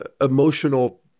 emotional